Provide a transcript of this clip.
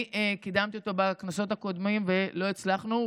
אני קידמתי אותה בכנסות הקודמות ולא הצלחנו.